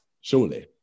surely